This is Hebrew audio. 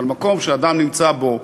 אבל מקום שאדם נמצא בו,